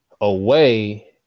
away